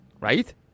right